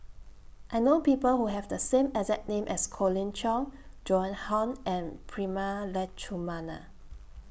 I know People Who Have The same exact name as Colin Cheong Joan Hon and Prema Letchumanan